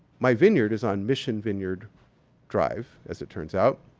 my vineyard is on mission vineyard drive, as it turns out.